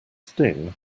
sting